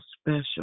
special